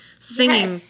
singing